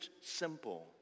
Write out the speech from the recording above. simple